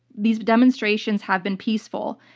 these demonstrations have been peaceful,